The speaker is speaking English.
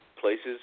places